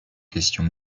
questions